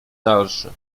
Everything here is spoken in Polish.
dalszy